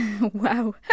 wow